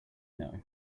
know